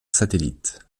satellite